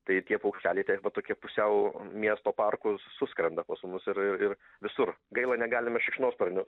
tai tie paukšteliai tempa tokie pusiau miesto parkus suskrenda pas mus ir ir ir visur gaila negalime šikšnosparnių